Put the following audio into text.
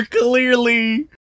clearly